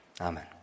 Amen